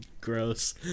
gross